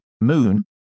Moon